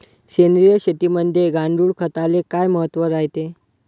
सेंद्रिय शेतीमंदी गांडूळखताले काय महत्त्व रायते?